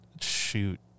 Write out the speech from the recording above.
shoot